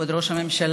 כבוד ראש הממשלה,